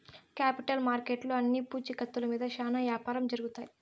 capital మార్కెట్లో అన్ని పూచీకత్తుల మీద శ్యానా యాపారం జరుగుతాయి